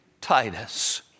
Titus